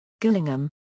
Gillingham